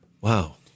Wow